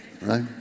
Right